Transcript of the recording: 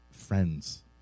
friends